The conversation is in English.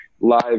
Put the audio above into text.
live